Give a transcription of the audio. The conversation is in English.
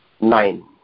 Nine